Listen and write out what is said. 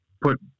put